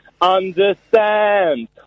understand